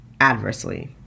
adversely